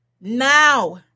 Now